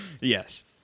Yes